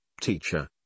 Teacher